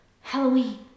Halloween